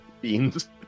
Beans